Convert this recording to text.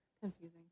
confusing